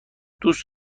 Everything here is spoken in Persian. دوست